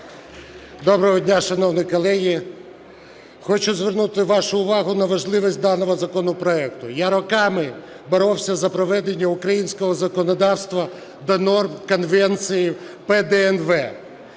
Доброго дня, шановні колеги! Хочу звернути вагу увагу на важливість даного законопроекту. Я роками боровся за приведення українського законодавства до норм Конвенції ПДНВ